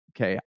Okay